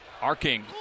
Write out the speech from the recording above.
Arking